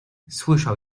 słyszał